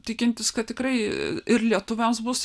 tikintis kad tikrai ir lietuviams bus